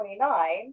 29